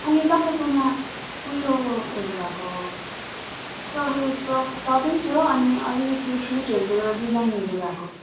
अनि तपाईँकोमा उयोहरू भएको स्ट्रबेरी ट्र टपिङ्स हो अनि अलिकति फ्रुटहरूको डिजाइनहरू भएको